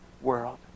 world